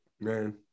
Man